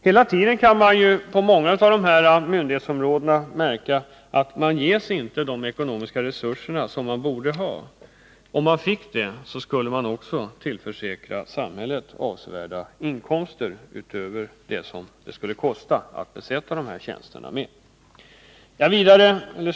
Hela tiden kan man märka att många av dessa myndigheter inte ges de ekonomiska resurser de borde ha. Om de fick det. skulle man också tillförsäkra samhället avsevärda inkomster utöver vad det skulle kosta att tillsätta dessa tjänster.